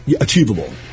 achievable